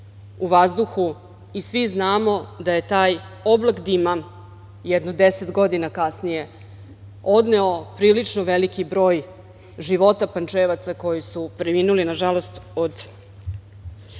Svi znamo da je taj oblak dima jedno 10 godina kasnije odneo prilično veliki broj života Pančevaca koji su preminuli, nažalost od